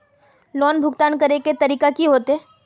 Loan भुगतान करे के तरीका की होते?